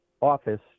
office